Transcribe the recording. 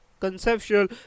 Conceptual